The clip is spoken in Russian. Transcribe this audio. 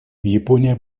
япония